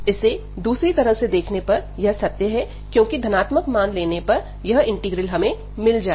इसे दूसरी तरह से देखने पर यह सत्य है क्योंकि धनात्मक मान लेने पर यह इंटीग्रल हमें मिल जाएगा